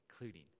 including